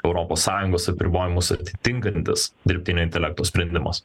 europos sąjungos apribojimus atitinkantis dirbtinio intelekto sprendimas